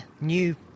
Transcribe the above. new